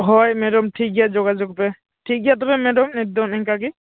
ᱦᱳᱭ ᱢᱮᱰᱚᱢ ᱴᱷᱤᱠ ᱜᱮᱭᱟ ᱡᱳᱜᱟᱡᱳᱜᱽ ᱯᱮ ᱴᱷᱚᱠ ᱜᱮᱭᱟ ᱛᱚᱵᱮ ᱢᱮᱰᱚᱢ ᱱᱤᱛᱚ ᱫᱚ ᱱᱤᱝᱠᱟ ᱜᱮ